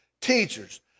teachers